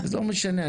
לא משנה,